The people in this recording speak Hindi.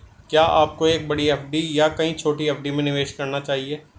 क्या आपको एक बड़ी एफ.डी या कई छोटी एफ.डी में निवेश करना चाहिए?